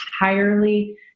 entirely